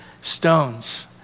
stones